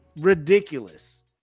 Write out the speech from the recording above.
ridiculous